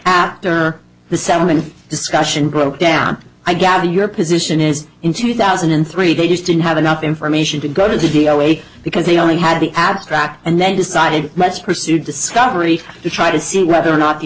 after the settlement discussion broke down i gather your position is in two thousand and three they just didn't have enough information to go to be awake because they only had the abstract and they decided let's pursue discovery to try to see whether or not the